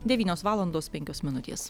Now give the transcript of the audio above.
devynios valandos penkios minutės